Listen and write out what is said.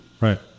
Right